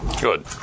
Good